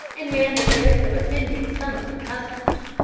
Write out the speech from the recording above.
and ran the risk of offending some of my customers.